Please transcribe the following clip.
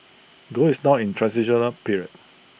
gold is now in transitional period